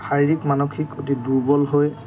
শাৰীৰিক মানসিক অতি দুৰ্বল হৈ